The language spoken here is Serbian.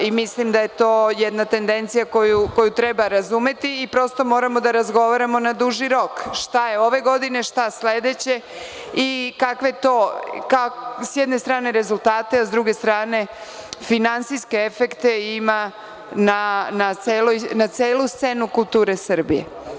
Mislim da je to jedna tendencija koju treba razumeti i prosto moramo da razgovaramo na duži rok šta je ove godine, šta je sledeće i kakve to, sa jedne strane, rezultate, a sa druge strane, finansijske efekte ima na celu scenu kulture Srbije.